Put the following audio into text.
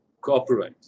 cooperate